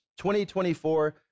2024